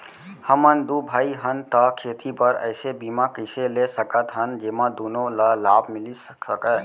हमन दू भाई हन ता खेती बर ऐसे बीमा कइसे ले सकत हन जेमा दूनो ला लाभ मिलिस सकए?